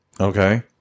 Okay